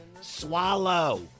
swallow